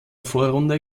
vorrunde